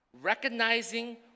recognizing